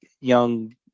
young